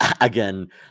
again